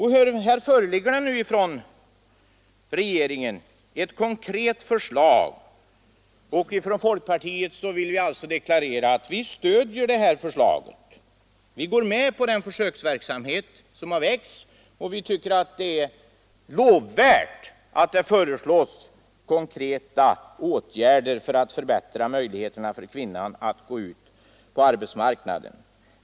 Här föreligger nu ett konkret förslag från regeringen, och vi inom folkpartiet vill deklarera att vi stöder detta förslag och går med på försöksverksamheten. Vi tycker att det är lovvärt att man föreslår konkreta åtgärder för att förbättra möjligheterna för kvinnan att gå ut på arbetsmarknaden.